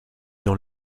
dans